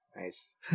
Nice